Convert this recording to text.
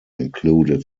included